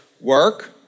work